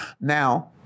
Now